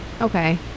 okay